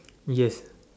yes